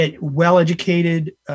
well-educated